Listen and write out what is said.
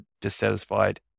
dissatisfied